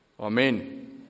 Amen